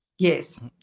Yes